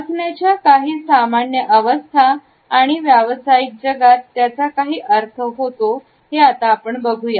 बसण्याच्या काही सामान्य अवस्था आणि आणि व्यावसायिक जगात त्याचा काय अर्थ होतो ते आता बघूया